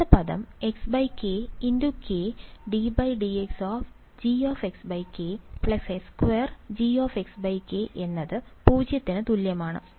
അടുത്ത പദം kxk ddxG x2G എന്നത് 0 ന് തുല്യമാണ്